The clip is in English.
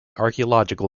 archaeological